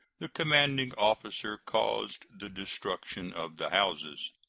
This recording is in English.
the commanding officer caused the destruction of the houses.